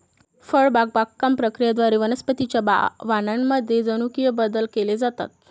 फळबाग बागकाम प्रक्रियेद्वारे वनस्पतीं च्या वाणांमध्ये जनुकीय बदल केले जातात